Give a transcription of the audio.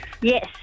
Yes